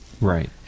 Right